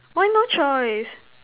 why no choice